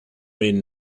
made